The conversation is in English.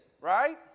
right